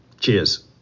Cheers